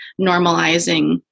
normalizing